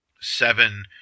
seven